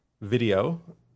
video